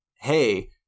hey –